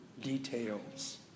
details